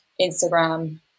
Instagram